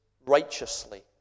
righteously